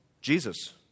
Jesus